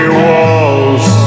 walls